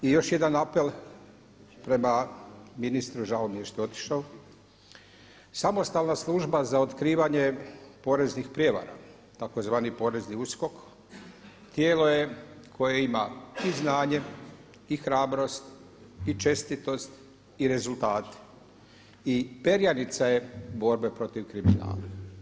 I još jedan apel prema ministru – žao mi je što je otišao – samostalna služba za otkrivanje poreznih prijevara tzv. porezni USKOK tijelo je koje ima i znanje, i hrabrost, i čestitost, i rezultate i perjanica je borbe protiv kriminala.